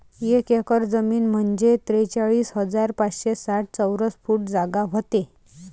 एक एकर जमीन म्हंजे त्रेचाळीस हजार पाचशे साठ चौरस फूट जागा व्हते